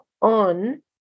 on